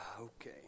Okay